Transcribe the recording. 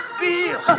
feel